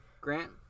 Grant